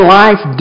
life